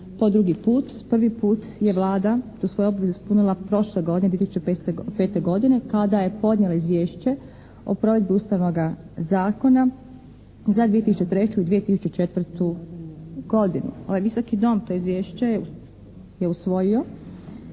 po drugi put. Prvi put je Vlada tu svoju obvezu ispunila prošle godine, 2005. godine, kada je podnijela izvješće o provedbi Ustavnoga zakona za 2003. i 2004. godinu. Ovaj Visoki dom to izvješće je usvojio